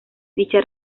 dicha